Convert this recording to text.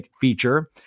Feature